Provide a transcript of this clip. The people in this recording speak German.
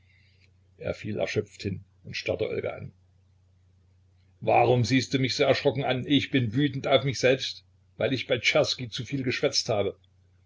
er fiel erschöpft hin und starrte olga an warum siehst du mich so erschrocken an ich bin wütend auf mich selbst weil ich bei czerski zu viel geschwätzt habe